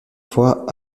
fois